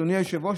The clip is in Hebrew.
אדוני היושב-ראש,